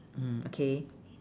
mm okay